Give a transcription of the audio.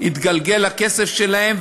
התגלגל הכסף שלהן,